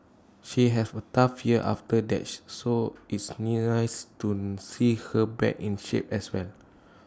she have A tough year after that she so it's nice to see her back in shape as well